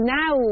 now